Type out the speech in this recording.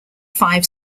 five